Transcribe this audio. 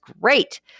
great